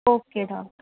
okay doctor